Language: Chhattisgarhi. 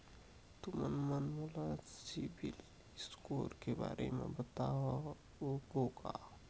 तुमन मन मोला सीबिल स्कोर के बारे म बताबो का?